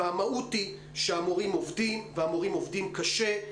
והמהות היא שהמורים עובדים והם עובדים קשה.